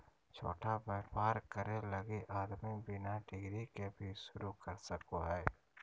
छोटा व्यापर करे लगी आदमी बिना डिग्री के भी शरू कर सको हइ